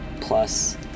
plus